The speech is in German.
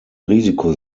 risiko